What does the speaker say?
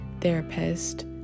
therapist